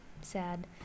sad